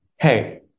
hey